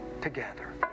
together